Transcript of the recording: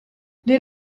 les